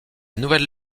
nouvelle